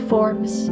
Forms